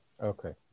okay